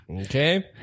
Okay